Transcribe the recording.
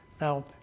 Now